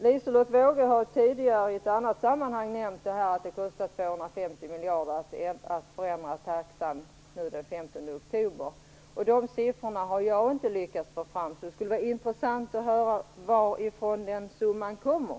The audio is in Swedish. Liselotte Wågö har tidigare i ett annat sammanhang nämnt detta att det kostar 250 miljoner att förändra taxan från den 15 oktober. Jag har inte lyckats få fram de siffrorna. Det skulle vara intressant att höra varifrån den summan kommer.